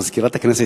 מזכירת הכנסת,